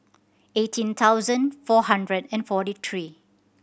eighteen thousand four hundred and forty three